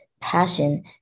passion